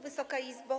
Wysoka Izbo!